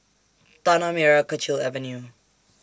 Tanah Merah Kechil Avenue